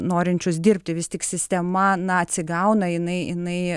norinčius dirbti vis tik sistema na atsigauna jinai jinai